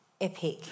Epic